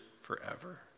forever